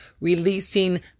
releasing